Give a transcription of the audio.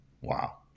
Wow